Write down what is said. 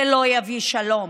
זה לא יביא שלום.